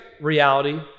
reality